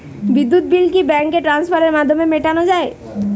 বিদ্যুৎ বিল কি ব্যাঙ্ক ট্রান্সফারের মাধ্যমে মেটানো য়ায়?